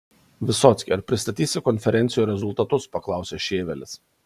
vysocki ar pristatysi konferencijoje rezultatus paklausė šėvelis